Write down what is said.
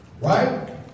Right